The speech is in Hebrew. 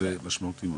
זה משמעותי מאוד.